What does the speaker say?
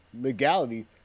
legality